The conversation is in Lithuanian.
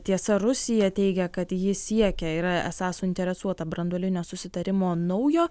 tiesa rusija teigia kad ji siekia yra esą suinteresuota branduolinio susitarimo naujo